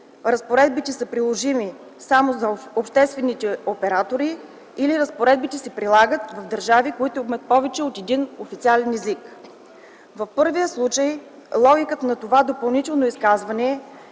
разпоредби, че са приложими само за обществените оператори, или разпоредби, че се прилагат за държави, в които има повече от един официален език. В първия случай логиката на това допълнително изказване е,